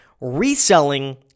reselling